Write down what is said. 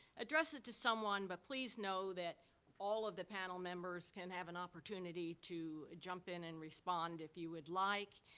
address it to someone, but please know that all of the panel members can have an opportunity to jump in and respond if you would like.